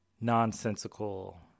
nonsensical